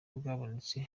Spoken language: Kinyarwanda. bwabonetse